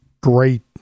great